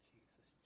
Jesus